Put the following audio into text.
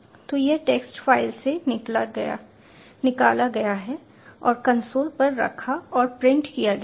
तो यह text file से निकाला गया है और कंसोल पर रखा और प्रिंट किया गया है